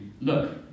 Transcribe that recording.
Look